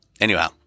anyhow